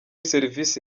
serivisi